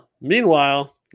meanwhile